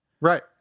Right